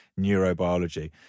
neurobiology